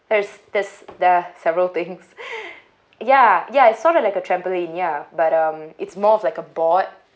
there's there's there are several things ya ya it's sort of like a trampoline ya but um it's more of like a board